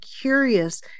curious